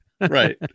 Right